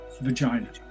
vagina